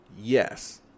yes